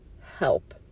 help